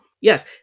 yes